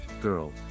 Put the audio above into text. Girl